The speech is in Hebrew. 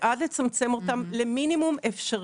בעד לצמצם אותם למינימום אפשרי.